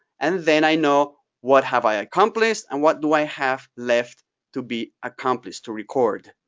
and then i know what have i accomplished, and what do i have left to be accomplished, to record.